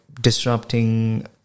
disrupting